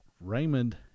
Raymond